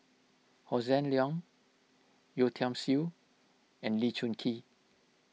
Hossan Leong Yeo Tiam Siew and Lee Choon Kee